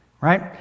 Right